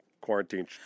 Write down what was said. quarantine